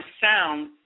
sound